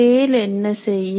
Dale என்ன செய்யும்